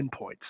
endpoints